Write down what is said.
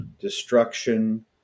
destruction